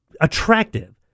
attractive